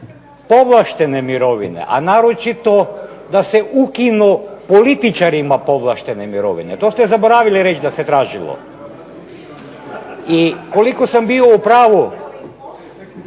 povlaštene mirovine, a naročito da se ukinu političarima povlaštene mirovine. To ste zaboravili reći da se tražilo. I koliko sam bio u pravu,